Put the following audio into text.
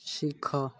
ଶିଖ